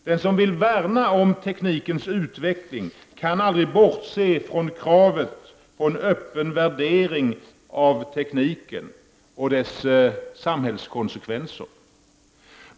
Den som vill värna om teknikens utveckling kan aldrig bortse från kravet på en öppen värdering av tekniken och dess samhällskonsekvenser.